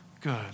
good